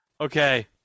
Okay